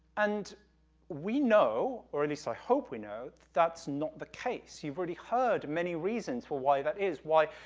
and we know, or at least i hope we know that's not the case. you've already heard many reasons for why that is, why,